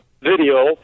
video